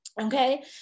Okay